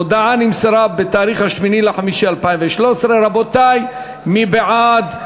הודעה נמסרה בתאריך 8 במאי 2013, רבותי, מי בעד?